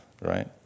right